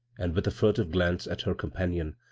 and with a furtive glance at her companion,